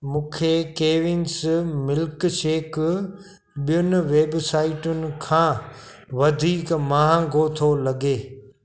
मुखे Kevins milkshake ॿियुनि वेबसाइटुनि खां वधीक महांगो थो लॻे